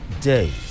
days